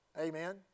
Amen